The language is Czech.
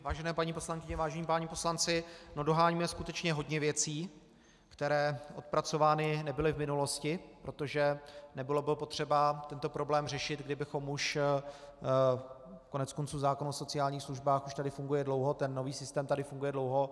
Vážené paní poslankyně, vážení páni poslanci, doháníme skutečně hodně věcí, které odpracovány nebyly v minulosti, protože nebylo by potřeba tento problém řešit, kdybychom už... koneckonců zákon o sociálních službách už tady funguje dlouho, ten nový systém tady funguje dlouho.